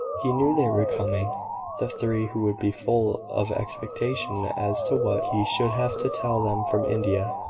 he knew they were coming the three who would be full of expectation as to what he should have to tell them from india.